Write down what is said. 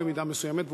במידה מסוימת,